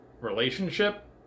relationship